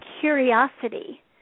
curiosity